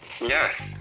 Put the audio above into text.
yes